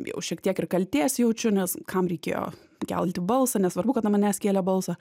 jau šiek tiek ir kaltės jaučiu nes kam reikėjo kelti balsą nesvarbu kad ant manęs kėlė balsą